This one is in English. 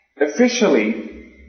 Officially